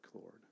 Lord